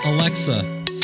Alexa